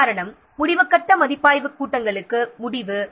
உதாரணம் முடிவுக் கட்ட மதிப்பாய்வுக் கூட்டங்களுக்கு இது முடிவு